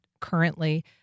currently